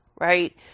right